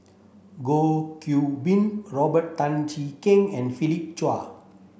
Goh Qiu Bin Robert Tan Jee Keng and Philip Chia